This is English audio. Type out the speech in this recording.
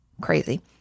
Crazy